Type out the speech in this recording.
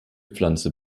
pflanze